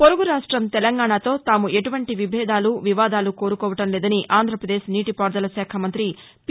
పొరుగు రాష్టం తెలంగాణాతో తాము ఎటువంటి విభేదాలు వివాదాలు కోరుకోవడం లేదని ఆంధ్రప్రదేశ్ నీటి పారుదల శాఖ మంత్రి పి